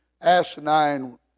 asinine